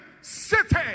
city